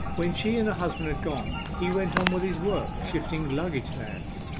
when she and her husband had gone, he went on with his work, shifting luggage-vans.